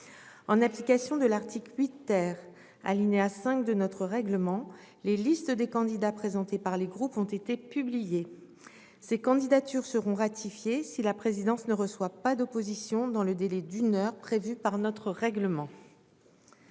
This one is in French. En application de l'article 8 , alinéa 5, de notre règlement, les listes des candidats présentés par les groupes ont été publiées. Ces candidatures seront ratifiées si la présidence ne reçoit pas d'opposition dans le délai d'une heure prévu par notre règlement.